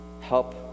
help